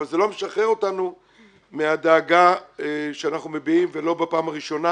אבל זה לא משחרר אותנו מהדאגה שאנחנו מביעים ולא בפעם הראשונה